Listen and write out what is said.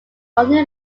only